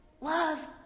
love